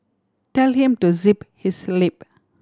tell him to zip his lip